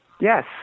yes